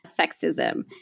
sexism